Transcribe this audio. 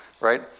right